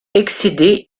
excédé